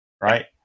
right